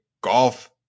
golf